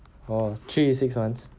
oh three to six months